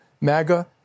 MAGA